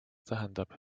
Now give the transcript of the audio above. tähendab